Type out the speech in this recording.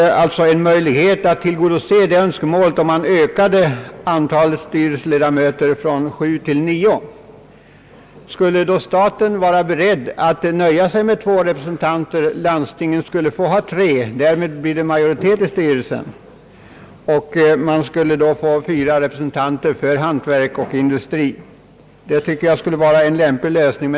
En möjlighet att tillgodose detta önskemål vore att öka antalet styrelseledamöter från sju till nio. Skulle staten vara beredd att nöja sig med två representanter och landstinget med tre, fick de tillsammans majoritet i styrelsen. Hantverk och industri skulle då få fyra representanter. Det tycker jag skulle vara en lämplig lösning.